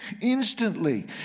Instantly